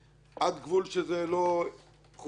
עד גבול שזה לא חוקי - לדעתי,